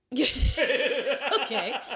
okay